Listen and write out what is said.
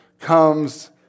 comes